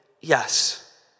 yes